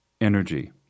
energy